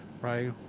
right